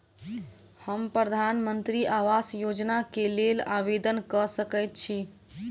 हम प्रधानमंत्री आवास योजना केँ लेल आवेदन कऽ सकैत छी?